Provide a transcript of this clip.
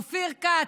אופיר כץ,